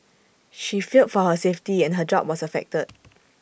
she feared for her safety and her job was affected